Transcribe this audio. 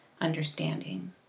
understanding